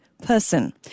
person